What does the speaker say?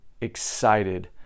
excited